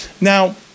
now